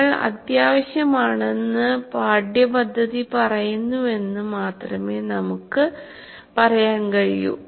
നിങ്ങൾക്ക് അത്യാവശ്യമാണെന്ന് പാഠ്യപദ്ധതി പറയുന്നുവെന്ന് മാത്രമേ നമ്മൾക്ക് പറയാൻ കഴിയൂ